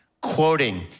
quoting